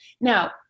Now